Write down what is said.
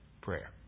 Prayer